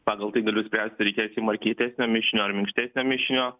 pagal tai galiu spręsti reikės jum ar kietesnio mišinio ar minkštesnio mišinio